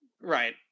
right